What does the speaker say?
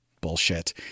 bullshit